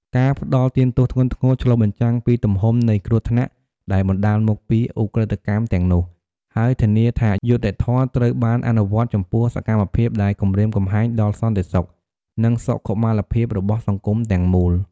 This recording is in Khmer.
ការផ្តន្ទាទោសធ្ងន់ធ្ងរឆ្លុះបញ្ចាំងពីទំហំនៃគ្រោះថ្នាក់ដែលបណ្តាលមកពីឧក្រិដ្ឋកម្មទាំងនោះ ហើយធានាថាយុត្តិធម៌ត្រូវបានអនុវត្តចំពោះសកម្មភាពដែលគំរាមកំហែងដល់សន្តិសុខ និងសុខុមាលភាពរបស់សង្គមទាំងមូល។